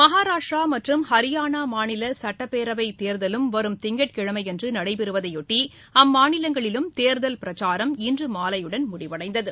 மகாராஷ்டிரா மற்றும் ஹரியானா மாநில சட்டப்பேரவைத் தேர்தலும் வரும் திங்கட்கிழமையன்று நடைபெறுவதையொட்டி அம்மாநிலங்களிலும் தேர்தல் பிரச்சாரம் இன்றுமாலையுடன் முடிவடைந்தது